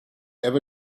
ever